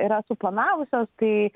yra suplanavusios tai